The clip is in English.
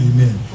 Amen